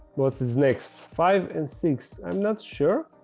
what is next? five and six i'm not sure.